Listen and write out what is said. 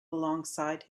alongside